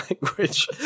language